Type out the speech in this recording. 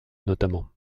notamment